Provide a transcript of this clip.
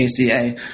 ACA